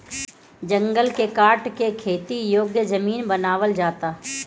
जंगल के काट के खेती योग्य जमीन बनावल जाता